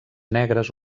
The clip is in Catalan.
negres